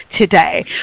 today